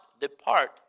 depart